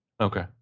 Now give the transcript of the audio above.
Okay